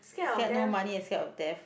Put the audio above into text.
scared no money and scared of death